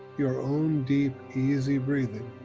your own deep easy breathing,